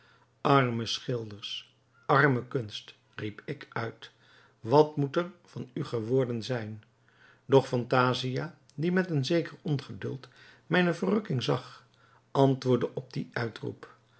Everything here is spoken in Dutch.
arme schilders arme kunst riep ik uit wat moet er van u geworden zijn doch phantasia die met een zeker ongeduld mijne verrukking zag antwoordde op dien uitroep